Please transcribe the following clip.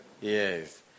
Yes